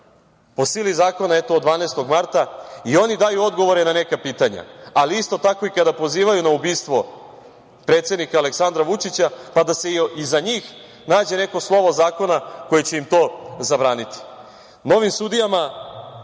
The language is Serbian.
po sili zakona, eto, od 12. marta i oni daju odgovore na neka pitanja, ali isto tako i kada pozivaju na ubistvo predsednika Aleksandra Vučića, pa da se i za njih nađe neko slovo zakona koje će im to zabraniti. Novim sudijama